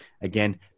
Again